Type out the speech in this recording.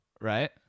right